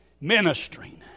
ministering